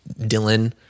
Dylan